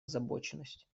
озабоченность